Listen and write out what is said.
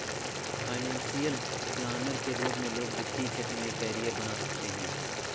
financial planner के रूप में लोग वित्तीय क्षेत्र में करियर बना सकते हैं